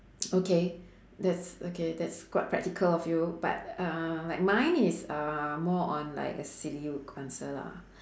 okay that's okay that's quite practical of you but uh like mine is uh more on like a silly answer lah